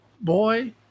boy